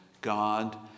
God